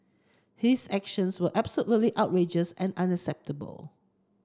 his actions were absolutely outrageous and unacceptable